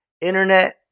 internet